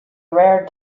rare